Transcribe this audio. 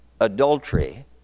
Adultery